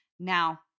Now